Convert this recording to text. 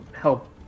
help